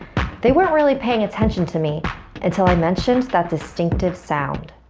they weren't really paying attention to me until i mentioned that distinctive sound.